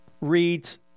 reads